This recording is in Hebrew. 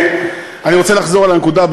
אני רוצה לחזור על הנקודה,